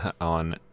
on